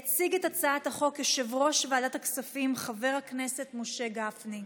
יציג את הצעת החוק יושב-ראש ועדת הכספים חבר הכנסת משה גפני,